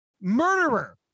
murderer